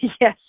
yes